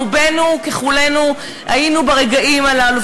רובנו ככולנו היינו ברגעים הללו,